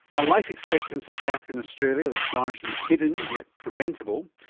a life expectancy gap in australia that's largely hidden yet preventable.